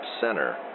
center